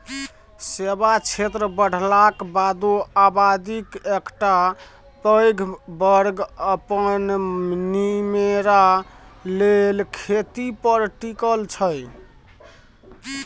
सेबा क्षेत्र बढ़लाक बादो आबादीक एकटा पैघ बर्ग अपन निमेरा लेल खेती पर टिकल छै